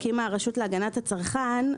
שהקימה הרשות להגנת הצרכן,